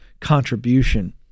contribution